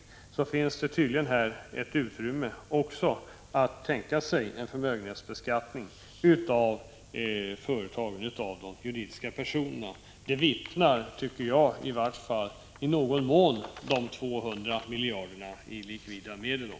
Här finns tydligen utrymme för förmögenhetsbeskattning av juridiska personer. Det vittnar, tycker jag i varje fall, i någon mån de 200 miljarderna i likvida medel om.